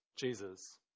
Jesus